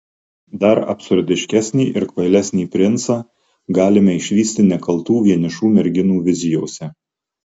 dar absurdiškesnį ir kvailesnį princą galime išvysti nekaltų vienišų merginų vizijose